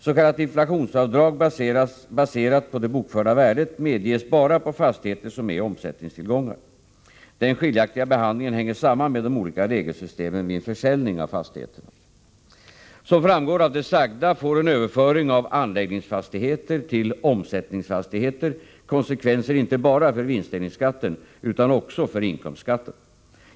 S. k. inflationsavdrag baserat på det bokförda värdet medges bara på fastigheter som är omsättningstillgångar. Den skiljaktiga behandlingen hänger samman med de olika regelsystemen vid en försäljning av fastigheterna. Som framgår av det sagda får en överföring av ”anläggningsfastigheter” till ”omsättningsfastigheter” konsekvenser inte bara för vinstdelningsskatten utan också för inkomstskatten.